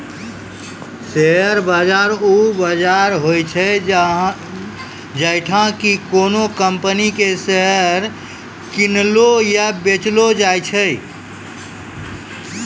share बाजार उ बजार होय छै जैठां कि कोनो कंपनी के शेयर किनलो या बेचलो जाय छै